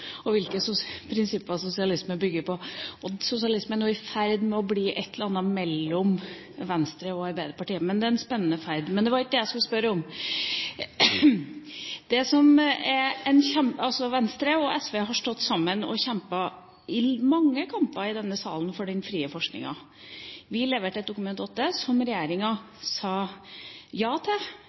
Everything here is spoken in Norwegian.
og hvilke prinsipper sosialismen bygger på. Sosialisme er nå i ferd med å bli et eller annet mellom Venstre og Arbeiderpartiet. Det er en spennende ferd. Men det var ikke det jeg skulle spørre om. Venstre og SV har stått sammen og kjempet mange kamper i denne salen for den frie forskningen. Vi leverte et Dokument 8-forslag som regjeringa sa ja til,